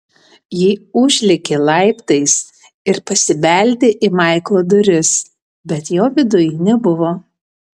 ji užlėkė laiptais ir pasibeldė į maiklo duris bet jo viduj nebuvo